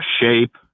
shape